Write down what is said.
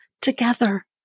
together